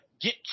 get